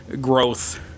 growth